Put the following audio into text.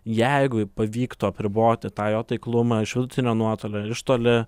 jeigu pavyktų apriboti tą jo taiklumą iš vidutinio nuotolio iš toli